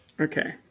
Okay